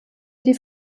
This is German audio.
die